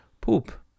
Poop